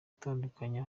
gutandukanya